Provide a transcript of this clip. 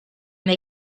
they